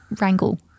wrangle